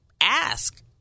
ask